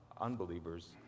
unbelievers